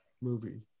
movie